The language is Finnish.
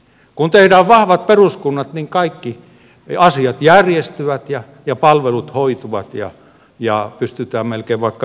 kun tehdään vahvat peruskunnat niin kaikki asiat järjestyvät ja palvelut hoituvat ja pystytään melkein vaikka mihin